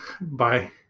Bye